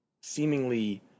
seemingly